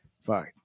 fine